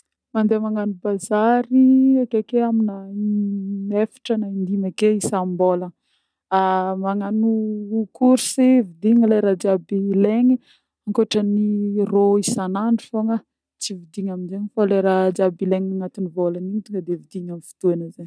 Mandeha magnano bazary akeke amina i-inefatra na in-dimy ake isam-bôlagna. magnano course vidigny le raha jiaby ilegny ankôtran'ny rô isanandro fogna, tsy vidigna aminje fô le raha jiaby ilegny agnatin'ny vôlan'igny tonga de vidina amin'ny fotoagna zany.